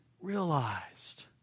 realized